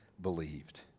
believed